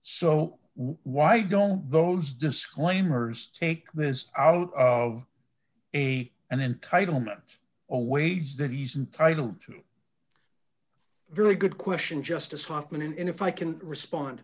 so why don't those disclaimers take this out of a an entitlement a wage that he's entitled to very good question justice hoffman and if i can respond